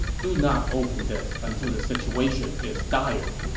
do not open this until the situation is dire.